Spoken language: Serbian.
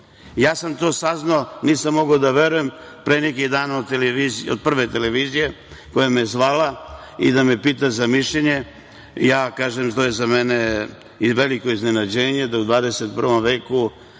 sam saznao, nisam mogao da verujem, pre neki dan od Prve televizije koja me je zvala da me pita za mišljenje. Rekao sam da je to za mene veliko iznenađenje da u 21. veku